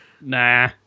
nah